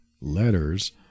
letters